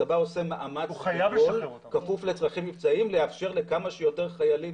הצבא עושה מאמץ כפוף לצרכים מבצעיים לאפשר לכמה שיותר חיילים